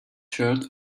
shirt